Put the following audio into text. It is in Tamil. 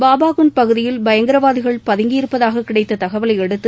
பாபாகுண்ட் பகுதியில் பயங்கரவாதிகள் பதங்கியிருப்பதாக கிடைத்த தகவலையடுத்து